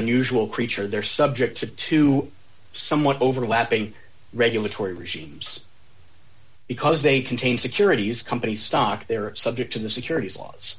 unusual creature they're subject to two somewhat overlapping regulatory regimes because they contain securities company stock they're subject to the securities laws